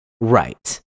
right